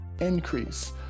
increase